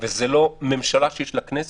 וזו לא ממשלה שיש לה כנסת.